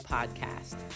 Podcast